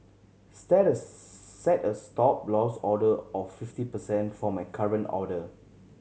set a set a Stop Loss order of fifty percent for my current order